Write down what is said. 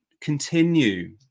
continue